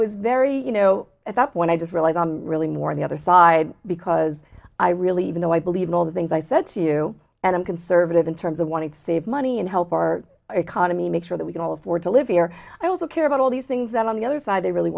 was very you know that when i just realize i'm really more on the other side because i really even though i believe in all the things i said to you and i'm conservative in terms of wanting to save money and help our economy make sure that we can all afford to live here i also care about all these things that on the other side they really